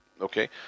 Okay